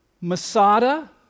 Masada